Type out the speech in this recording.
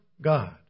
God